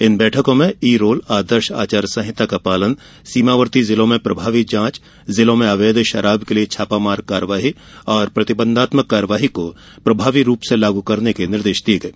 इन बैठकों में e roll आदर्श आचार संहिता का पालन सीमावर्ती जिलों में प्रभावी जांच जिलों में अवैध शराब के लिये छापामार कार्यवाही और प्रतिबंधात्मक कार्यवाही को प्रभावी रूप से लागू करने के निर्देश दिये गये